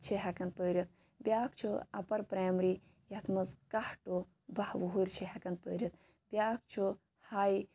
چھِ ہیٚکان پٔرِتھ بیاکھ چھ اَپَر پرایمری یتھ مَنٛز کاہ ٹُو بہہ وٕہِرۍ چھِ ہیٚکان پٔرِتھ بیاکھ چھُ ہاے